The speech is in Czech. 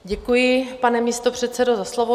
Děkuji, pane místopředsedo, za slovo.